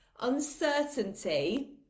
Uncertainty